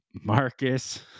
Marcus